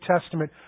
Testament